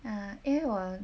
ah 因为我